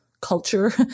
culture